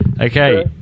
Okay